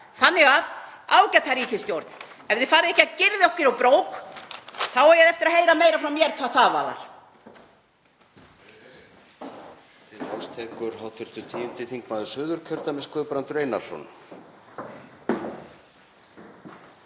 Þannig að, ágæta ríkisstjórn, ef þið farið ekki að gyrða ykkur í brók þá eigið þið eftir að heyra meira frá mér hvað það varðar.